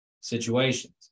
situations